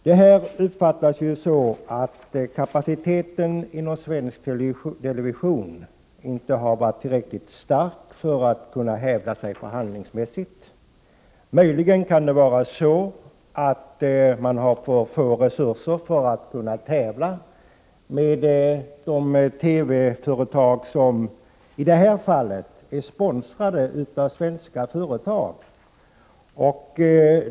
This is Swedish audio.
Det skedda uppfattas som att kapaciteten inom svensk television inte har varit tillräckligt stark för att man skall kunna hävda sig förhandlingsmässigt. Möjligen har man för små resurser för att kunna tävla med de TV-företag som i detta fall är sponsrade av svenska firmor.